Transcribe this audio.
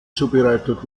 zubereitet